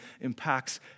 impacts